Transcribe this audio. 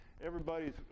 everybody's